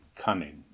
cunning